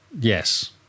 Yes